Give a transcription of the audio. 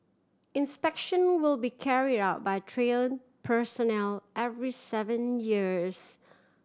inspection will be carry out by train personnel every seven years